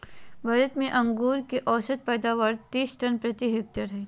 भारत में अंगूर के औसत पैदावार तीस टन प्रति हेक्टेयर हइ